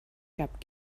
gab